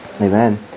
Amen